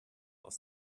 aus